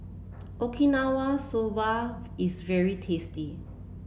Okinawa Soba is very tasty